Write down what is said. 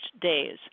days